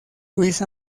luis